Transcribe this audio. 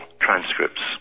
transcripts